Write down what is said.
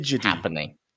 happening